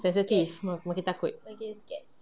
sensitive makin takut